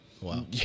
Wow